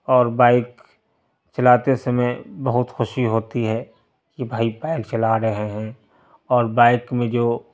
اور بائک چلاتے سمے بہت خوشی ہوتی ہے کہ بھائی بائک چلا رہے ہیں اور بائک میں جو